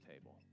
table